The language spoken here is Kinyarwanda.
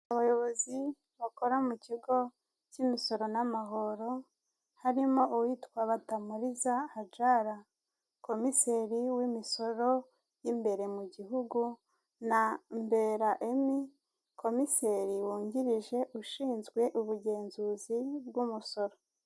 Abayobozi bakora mu kigo cy'imisoro n'amahoro, harimo uwitwa batamuriza hajara komiseri w'imisoro y'imbere mu gihugu, na mbera ami komiseri wungirije ushinzwe ubugenzuzi bw'imusoro.